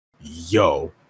Yo